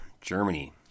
Germany